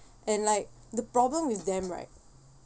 and like the problem with them right